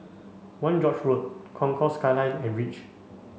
One George road Concourse Skyline and Reach